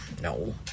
No